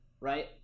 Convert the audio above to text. right